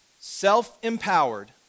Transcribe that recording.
self-empowered